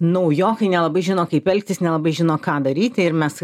naujokai nelabai žino kaip elgtis nelabai žino ką daryti ir mes